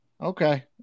Okay